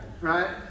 Right